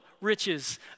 riches